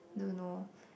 don't know